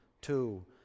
two